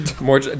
more